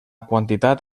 quantitat